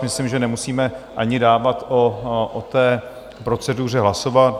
Myslím, že nemusíme ani dávat o proceduře hlasovat.